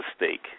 mistake